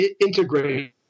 integrate